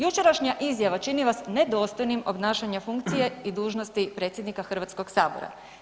Jučerašnja izjava čini vas nedostojnim obnašanja funkcije i dužnosti predsjednika Hrvatskog sabora.